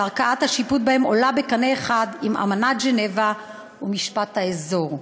שערכאת השיפוט בהם עולה בקנה אחד עם אמנת ז'נבה ומשפט האזור.